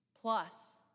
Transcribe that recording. plus